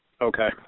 Okay